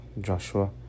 Joshua